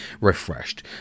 refreshed